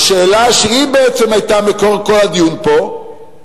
השאלה שהיא בעצם היתה מקור כל הדיון פה,